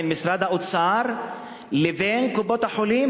בין משרד האוצר לבין קופות-החולים,